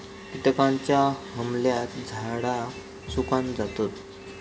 किटकांच्या हमल्यात झाडा सुकान जातत